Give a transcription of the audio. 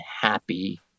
happy